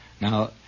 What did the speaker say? Now